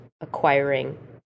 acquiring